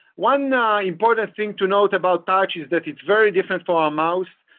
one important thing to note about touch is that it's very different for our mouse.